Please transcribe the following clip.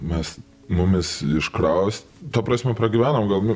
mes mumis iškraus ta prasme pragyvenom gal